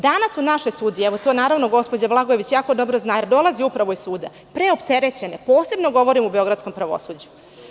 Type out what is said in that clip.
Danas su naše sudije, to gospođa Blagojević jako dobro zna, jer dolazi upravo iz suda, preopterećene, posebno govorim u beogradskom pravosuđu.